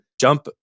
jump